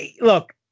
Look